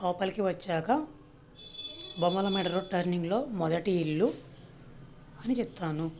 లోపలికి వచ్చాక బొమ్మలమెడ రోడ్ టర్నింగ్లో మొదటి ఇల్లు అని చెప్తాను